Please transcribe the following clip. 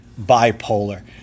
bipolar